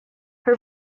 her